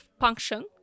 function